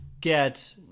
get